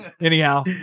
Anyhow